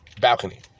balcony